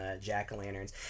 jack-o'-lanterns